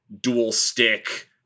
dual-stick